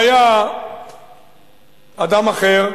והיה אדם אחר,